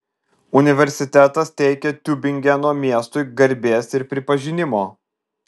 universitetas teikia tiubingeno miestui garbės ir pripažinimo